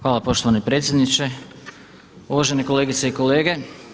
Hvala poštovani predsjedniče, uvažene kolegice i kolege.